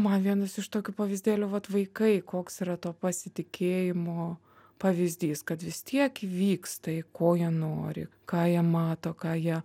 man vienas iš tokių pavyzdėlių vat vaikai koks yra to pasitikėjimo pavyzdys kad vis tiek vyksta į ko jie nori ką jie mato ką jie